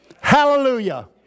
Hallelujah